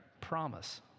Promise